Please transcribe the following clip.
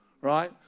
right